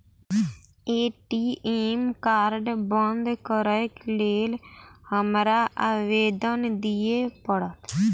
ATM card बंद करैक लेल हमरा आवेदन दिय पड़त?